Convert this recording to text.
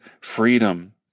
freedom